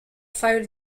fire